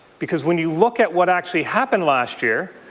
because when you look at what actually happened last year,